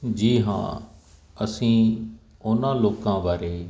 ਜੀ ਹਾਂ ਅਸੀਂ ਉਹਨਾਂ ਲੋਕਾਂ ਬਾਰੇ